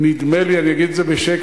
נדמה לי, אני אגיד את זה בשקט,